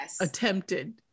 attempted